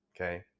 okay